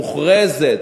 מוכרזת,